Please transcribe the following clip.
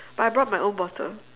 but I brought my own bottle